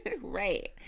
Right